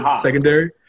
secondary